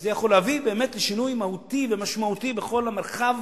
כי זה יכול להביא באמת לשינוי מהותי ומשמעותי בכל המרחב